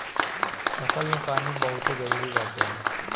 फसल में पानी बहुते जरुरी बाटे